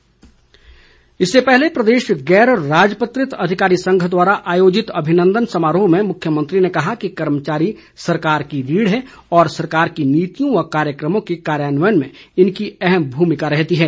अभिनंदन इससे पहले प्रदेश गैर राजपत्रित अधिकारी संघ द्वारा आयोजित अभिनंदन समारोह में मुख्यमंत्री ने कहा कि कर्मचारी सरकार की रीढ़ है और सरकार की नीतियों व कार्यक्रमों के कार्यान्वयन में इनकी अहम भूमिका रहती है